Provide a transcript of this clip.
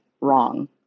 wrong